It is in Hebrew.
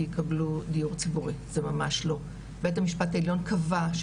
יקבלו דיור ציבורי זה ממש לא בית המשפט העליון קבע,